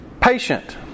Patient